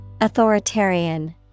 Authoritarian